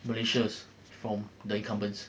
malaysia's from the incumbents